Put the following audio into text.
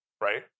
right